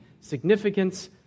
significance